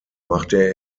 machte